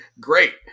great